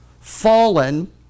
fallen